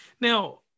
Now